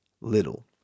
little